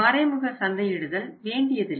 மறைமுக சந்தையிடுதல் வேண்டியதில்லை